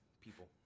people